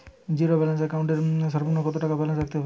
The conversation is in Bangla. জীরো ব্যালেন্স একাউন্ট এর সর্বনিম্ন কত টাকা ব্যালেন্স রাখতে হবে?